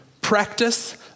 Practice